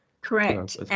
Correct